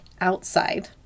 outside